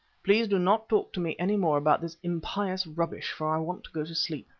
please do not talk to me any more about this impious rubbish, for i want to go to sleep.